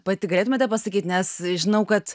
pati galėtumėte pasakyt nes žinau kad